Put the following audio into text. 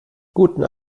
guten